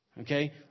Okay